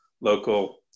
local